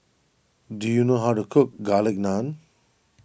do you know how to cook Garlic Naan